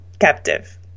captive